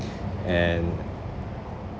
and